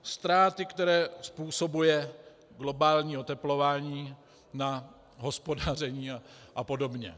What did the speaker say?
Ztráty, které způsobuje globální oteplování na hospodaření a podobně.